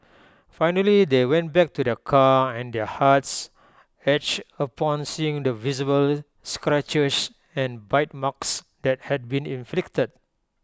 finally they went back to their car and their hearts ached upon seeing the visible scratches and bite marks that had been inflicted